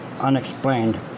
unexplained